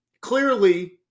clearly